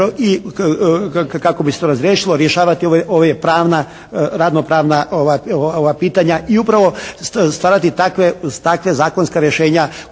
i kako bi se to razriješilo rješavati ova pravna, radno pravna ova pitanja i upravo stvarati takve, takva zakonska rješenja